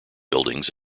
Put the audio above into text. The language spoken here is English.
buildings